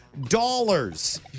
dollars